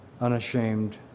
unashamed